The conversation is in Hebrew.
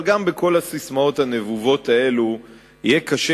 אבל גם בכל הססמאות הנבובות האלה יהיה קשה